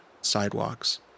sidewalks